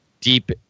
deep